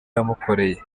yamukoreye